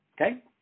okay